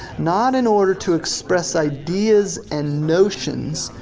not in order to express ideas and notions,